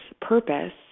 purpose